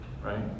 Right